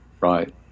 Right